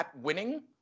winning